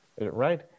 Right